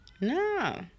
No